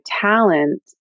talent